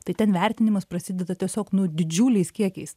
tai ten vertinimas prasideda tiesiog nu didžiuliais kiekiais